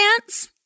dance